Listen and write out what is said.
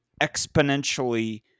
exponentially